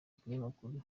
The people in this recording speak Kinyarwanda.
ikinyamakuru